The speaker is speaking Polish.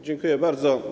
Dziękuję bardzo.